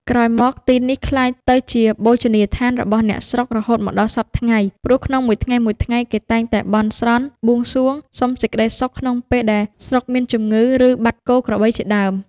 ក្រោយមក ទីនេះក្លាយទៅជាបូជនីយដ្ឋានរបស់អ្នកស្រុករហូតមកដល់សព្វថ្ងៃ ព្រោះក្នុងមួយថ្ងៃៗ គេតែងតែបន់ស្រន់ បួងសួង សុំសេចក្ដីក្នុងពេលដែលស្រុកមានជំងឺ ឬ បាត់គោក្របីជាដើម ។